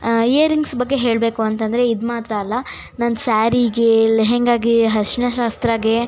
earrings ಬಗ್ಗೆ ಹೇಳಬೇಕು ಅಂತೆಂದ್ರೆ ಇದು ಮಾತ್ರ ಅಲ್ಲ ನನ್ನ ಸ್ಯಾರಿಗೇ ಲೆಹೆಂಗಾಗೆ ಅರಿಶ್ಣ ಶಾಸ್ತ್ರಕ್ಕೆ